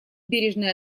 бережное